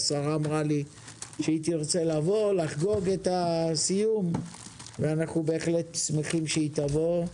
השרה אמרה לי שהיא תרצה לבוא ולחגוג את הסיום ואנחנו באמת שמחים לבואה.